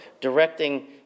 directing